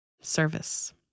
service